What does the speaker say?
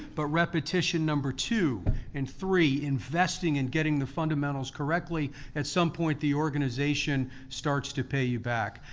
but repetition number two and three, investing in getting the fundamentals correctly, at some point, the organization starts to pay you back.